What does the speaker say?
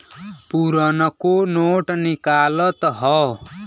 पुरनको नोट निकालत हौ